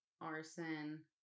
Arson